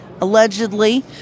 allegedly